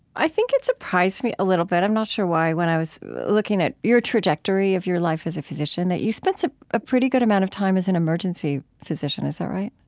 i think it surprised me a little bit. i'm not sure why. when i was looking at your trajectory of your life as a physician that you spent so a pretty good amount of time as an emergency physician. is that right?